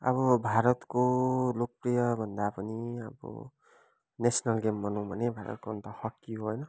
अब भारतको लोकप्रिय भन्दा पनि अब नेसनल गेम भनौँ भने भारतको अन्त हकी हो होइन